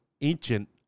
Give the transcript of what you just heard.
ancient